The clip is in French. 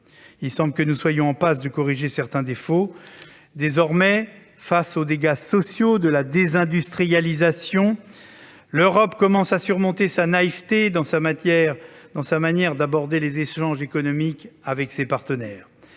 Il semble que nous soyons en passe de corriger certains défauts. Désormais, face aux dégâts sociaux de la désindustrialisation, l'Europe commence à surmonter sa naïveté dans sa manière d'aborder les échanges économiques avec ses partenaires